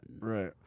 Right